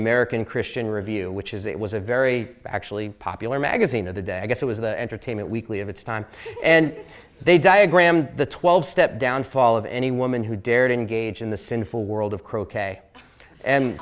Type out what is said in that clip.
american christian review which is it was a very actually popular magazine of the day i guess it was the entertainment weekly of its time and they diagrammed the twelve step downfall of any woman who dared engage in the sinful world of croquet and